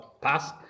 pass